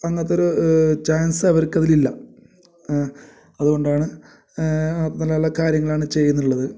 അങ്ങത്തൊരു chance അവർക്കതിലില്ല അതു കൊണ്ടാണ് നല്ല നല്ല കാര്യങ്ങളാണ് ചെയ്യുന്നുള്ളത്